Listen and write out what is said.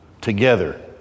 together